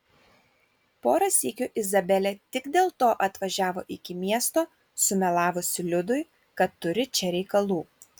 porą sykių izabelė tik dėl to atvažiavo iki miesto sumelavusi liudui kad turi čia reikalų